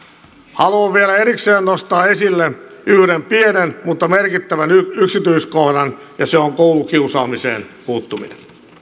haluan vielä erikseen nostaa esille yhden pienen mutta merkittävän yksityiskohdan ja se on koulukiusaamiseen puuttuminen